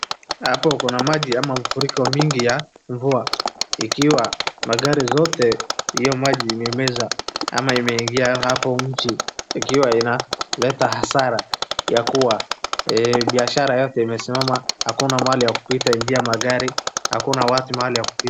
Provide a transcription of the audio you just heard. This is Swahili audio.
Hapo kuna maji ama mafuriko mengi ya mvuaa magari zote hiyo maji imeweza ama imeingia hapo ikiwa inaleta hasara ya kuwa biashara yote imesimama hakuna mahali ya kupita njia magari magari, hakuna watu mahali ya kupita.